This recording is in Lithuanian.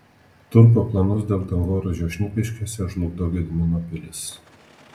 turko planus dėl dangoraižio šnipiškėse žlugdo gedimino pilis